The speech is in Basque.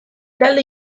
talde